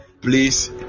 Please